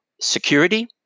security